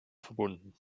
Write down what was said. verbunden